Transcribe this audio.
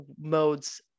modes